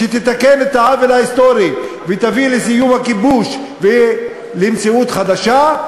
שתתקן את העוול ההיסטורי ותביא לסיום הכיבוש ולמציאות חדשה,